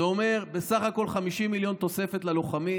זה אומר בסך הכול 50 מיליון תוספת ללוחמים.